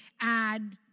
add